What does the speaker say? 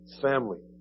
family